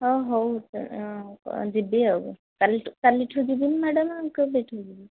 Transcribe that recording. ହଉ ହଉ ଯିବି ଆଉ କାଲିଠୁ କାଲିଠୁ ଯିବିନି ମ୍ୟାଡ଼ାମ କେବେଠୁ ଯିବି